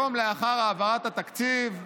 יום לאחר העברת התקציב,